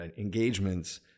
engagements